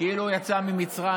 "כאילו הוא יצא ממצרים",